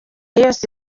yose